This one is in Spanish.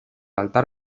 altar